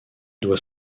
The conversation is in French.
doit